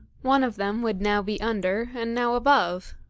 one of them would now be under, and now above.